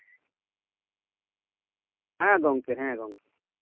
ᱦᱮᱸ ᱜᱚᱝᱠᱮ ᱦᱮᱸ ᱜᱚᱝᱠᱮ